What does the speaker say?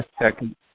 second